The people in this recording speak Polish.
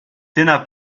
tyna